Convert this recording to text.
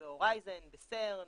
בהורייזן, ב-CERN,